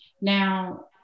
Now